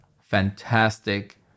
fantastic